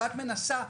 כשאת מנסה,